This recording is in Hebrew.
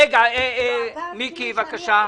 --- אני